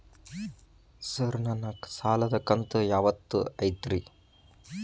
Sir ನನ್ನ ಸಾಲದ ಕಂತು ಯಾವತ್ತೂ ಐತ್ರಿ?